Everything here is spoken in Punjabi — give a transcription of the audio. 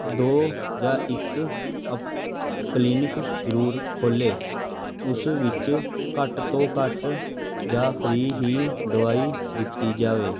ਦੋ ਜਾਂ ਇੱਕ ਅਪ ਕਲੀਨਿਕ ਜ਼ਰੂਰ ਖੋਲੇ ਉਸ ਵਿੱਚ ਘੱਟ ਤੋਂ ਘੱਟ ਜਾਂ ਫਰੀ ਹੀ ਦਵਾਈ ਦਿੱਤੀ ਜਾਵੇ